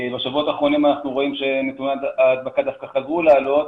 בשבועות האחרונים אנחנו רואים שנתוני ההדבקה דווקא חזרו לעלות,